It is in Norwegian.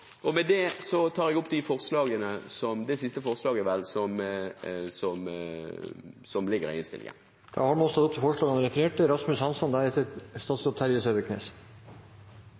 Med det tar jeg opp de forslagene som ligger i innstillingen. Representanten Heikki Eidsvoll Holmås har tatt opp de forslagene han refererte